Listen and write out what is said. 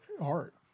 art